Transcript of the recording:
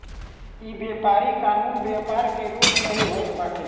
इ व्यापारी कानूनी व्यापार के रूप में होत बाटे